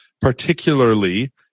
particularly